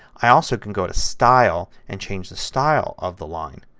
i also can go to style and change the style of the line.